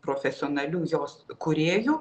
profesionalių jos kūrėjų